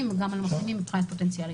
וגם על מחלימים מבחינת פוטנציאל ההידבקות.